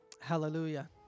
Hallelujah